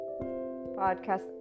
podcast